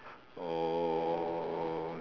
or